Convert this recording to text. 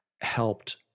helped